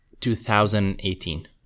2018